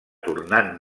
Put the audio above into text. tornant